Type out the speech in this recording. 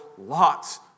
lots